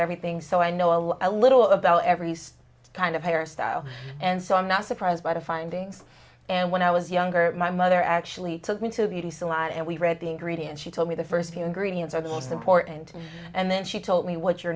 everything so i know a little about every step kind of hairstyle and so i'm not surprised by the findings and when i was younger my mother actually took me to beauty salon and we read the ingredients she told me the first few ingredients are the most important and then she told me what you're